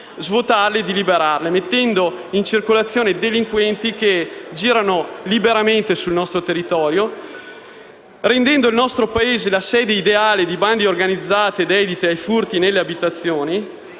svuotarle, mettendo in giro delinquenti che circolano liberamente sul nostro territorio, rendendo il nostro Paese la sede ideale di bande organizzate e dedite ai furti nelle abitazioni.